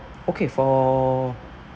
okay for